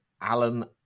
Alan